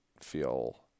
feel